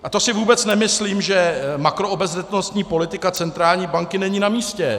A to si vůbec nemyslím, že makroobezřetnostní politika centrální banky není namístě.